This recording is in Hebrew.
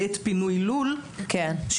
בעת פינוי לול שגרתי.